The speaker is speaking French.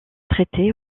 traité